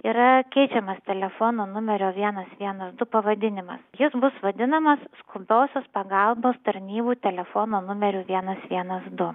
yra keičiamas telefono numerio vienas vienas du pavadinimas jis bus vadinamas skubiosios pagalbos tarnybų telefono numeriu vienas vienas du